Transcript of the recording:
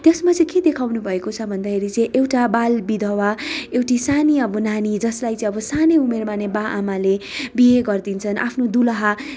त्यसमा चाहिँ के देखाउनुभएको छ भन्दाखेरि चाहिँ एउटा बाल विधवा एउटी सानी अब नानी जसलाई चाहिँ अब सानै उमेरमा नै बाआमाले बिहे गरिदिन्छन् आफ्नो दुलाहा